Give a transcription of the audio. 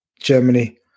Germany